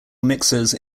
mixers